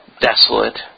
desolate